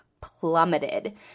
plummeted